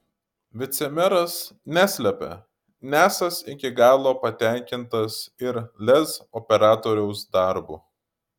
vicemeras neslepia nesąs iki galo patenkintas ir lez operatoriaus darbu